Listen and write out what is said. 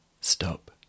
Stop